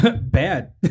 bad